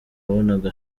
wabonaga